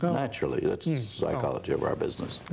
but naturally. that's the psychology of our business.